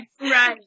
Right